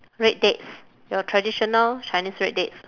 red dates your traditional chinese red dates